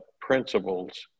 principles